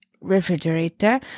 refrigerator